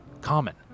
common